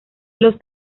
los